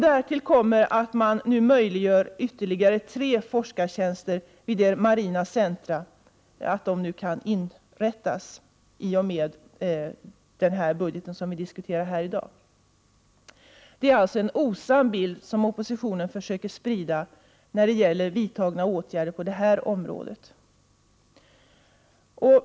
Därtill kommer att man nu, i och med den budget som vi diskuterar här i dag, möjliggör att ytterligare tre forskartjänster inrättas vid marina centra. Det är alltså en osann bild som oppositionen försöker sprida när det gäller vidtagna åtgärder på detta område.